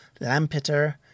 Lampeter